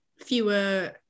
fewer